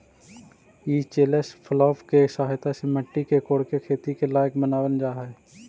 ई chisel plough के सहायता से मट्टी के कोड़के खेती के लायक बनावल जा हई